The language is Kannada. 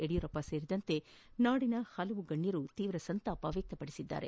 ಯಡಿಯೂರಪ್ಪ ಸೇರಿದಂತೆ ನಾಡಿನ ವಿವಿಧ ಗಣ್ಯರು ತೀವ್ರ ಸಂತಾಪ ವ್ಯಕ್ತಪಡಿಸಿದ್ದಾರೆ